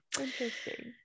Interesting